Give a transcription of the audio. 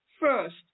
first